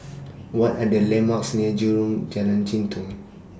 What Are The landmarks near Jalan Jitong